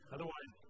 Otherwise